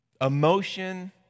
emotion